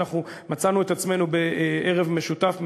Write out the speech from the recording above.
אנחנו מצאנו את עצמנו בערב משותף מעניין,